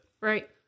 Right